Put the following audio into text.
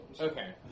Okay